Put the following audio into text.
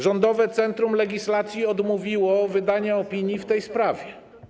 Rządowe Centrum Legislacji odmówiło wydania opinii w tej sprawie.